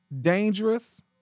dangerous